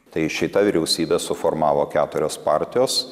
tai šitą vyriausybę suformavo keturios partijos